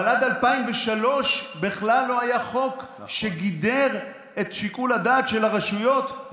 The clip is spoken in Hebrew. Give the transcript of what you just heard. אבל עד 2003 בכלל לא היה חוק שגידר את שיקול הדעת של הרשויות,